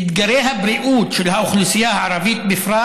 אתגרי הבריאות של האוכלוסייה הערבית, בפרט